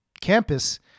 campus